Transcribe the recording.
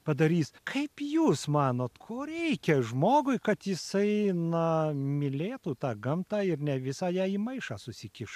padarys kaip jūs manot ko reikia žmogui kad jisai na mylėtų tą gamtą ir ne visą ją į maišą susikištų